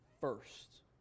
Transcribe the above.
first